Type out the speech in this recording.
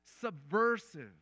subversive